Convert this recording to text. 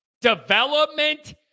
Development